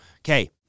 Okay